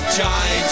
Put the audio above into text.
Chai